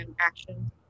action